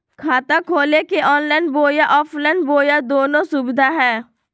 खाता खोले के ऑनलाइन बोया ऑफलाइन बोया दोनो सुविधा है?